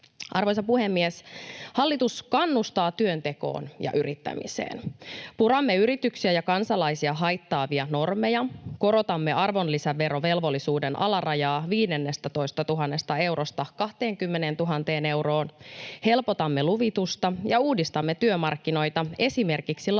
Arvoisa puhemies! Hallitus kannustaa työntekoon ja yrittämiseen. Puramme yrityksiä ja kansalaisia haittaavia normeja, korotamme arvonlisäverovelvollisuuden alarajaa 15 000 eurosta 20 000 euroon, helpotamme luvitusta ja uudistamme työmarkkinoita esimerkiksi laajentamalla